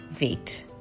Wait